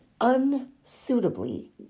unsuitably